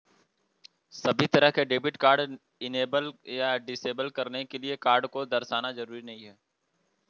सभी तरह के डेबिट कार्ड इनेबल या डिसेबल करने के लिये कार्ड को दर्शाना जरूरी नहीं है